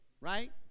right